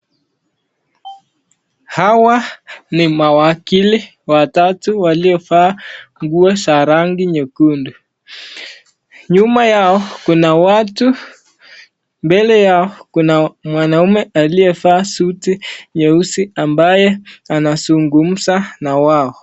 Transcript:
Hawa ni mawakili watatu waliovaa nguo nyekundu, nyuma yao kuna watu, mbele yao kuna mwanaume aliyevalia suti nyeusi ambaye anazungumza na wao.